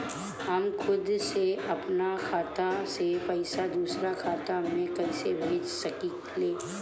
हम खुद से अपना खाता से पइसा दूसरा खाता में कइसे भेज सकी ले?